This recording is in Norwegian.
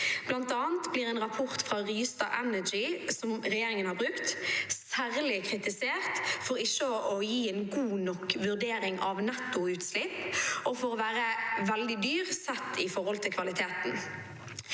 Blant annet blir en rapport fra Rystad Energy som regjeringen har brukt, særlig kritisert for ikke å gi en god nok vurdering av nettoutslipp og for å være svært dyr sett i forhold til kvaliteten.